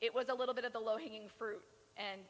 it was a little bit of the low hanging fruit and